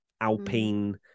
Alpine